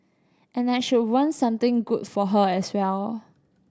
and I should want something good for her as well